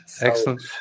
excellent